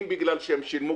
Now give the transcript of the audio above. אם בגלל שהם שילמו,